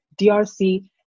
DRC